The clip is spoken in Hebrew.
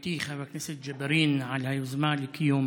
לעמיתי חבר הכנסת ג'בארין על היוזמה לקיום